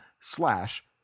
slash